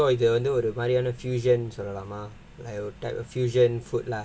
oh வந்து ஒரு மாதிரியான:vandhu oru maadhiriyaana fusion னு சொல்லலாமா:nu sollalaamaa type of fusion food lah